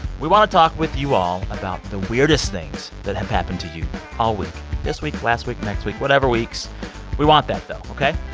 we want to talk with you all about the weirdest things that have happened to you all week this week, last week, next week, whatever weeks we want that, though, ok?